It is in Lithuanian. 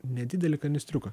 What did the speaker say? nedidelį kanistriuką